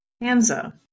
Panza